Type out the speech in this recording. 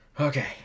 Okay